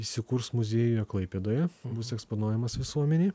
įsikurs muziejuje klaipėdoje bus eksponuojamas visuomenei